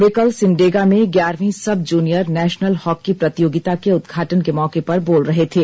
वे कल सिमडेगा में ग्यारहवीं सब जूनियर नेशनल हॉकी प्रतियोगिता के उदघाटन के मौके पर बोल रहे थे